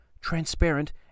transparent